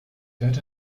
dirt